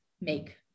make